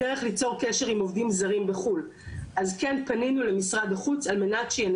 אז כן פנינו למשרד החוץ על מנת שינסה לאתר פרטנית את אותם עובדים.